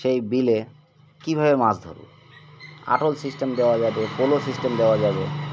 সেই বিলে কীভাবে মাছ ধরব আটল সিস্টেম দেওয়া যাবে পোলো সিস্টেম দেওয়া যাবে